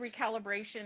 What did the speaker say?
recalibration